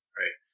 right